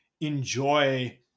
enjoy